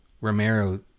Romero